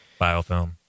biofilm